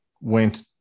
went